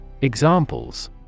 Examples